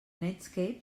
netscape